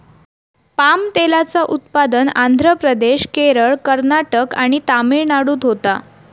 palm तेलाचा उत्पादन आंध्र प्रदेश, केरळ, कर्नाटक आणि तमिळनाडूत होता